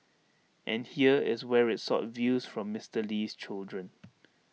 and here is where IT sought views from Mister Lee's children